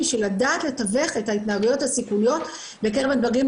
שלדעת לתווך את ההתנהגויות הסיכוניות בקרב המתבגרים.